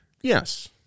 Yes